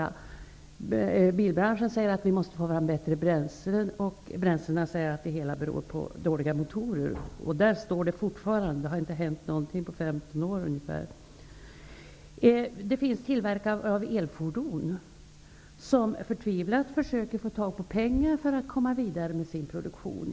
Inom bilbranschen säger man att det gäller att få fram bättre bränslen, medan man inom bensinbranschen talar om dåliga motorer. Så är det fortfarande. Det har inte hänt någonting på 15 år. Tillverkare av elfordon försöker förtvivlat få tag på pengar för att komma vidare med sin produktion.